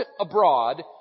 abroad